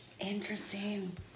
interesting